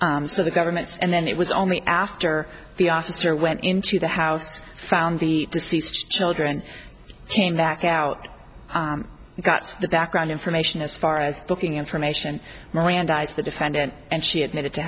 so the government's and then it was only after the officer went into the house found the deceased children came back out and got the background information as far as booking information mirandized the defendant and she admitted to